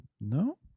No